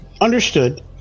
understood